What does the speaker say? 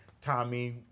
Tommy